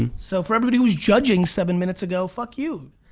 so for everybody who's judging seven minutes ago fuck you,